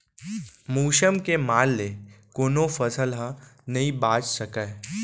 मउसम के मार ले कोनो फसल ह नइ बाच सकय